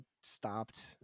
stopped